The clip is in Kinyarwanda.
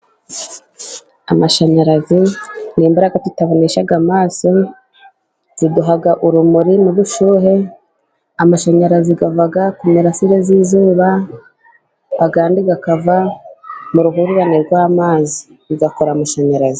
Amashanyarazi ni imbaraga tutabonesha amaso ziduha urumuri n'ubushyuhe, amashanyarazi ava ku mirasire y'izuba ayandi akava mu ruhurirane rw'amazi bigakora amashanyarazi.